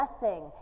blessing